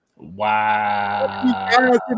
wow